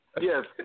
Yes